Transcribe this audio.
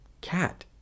cat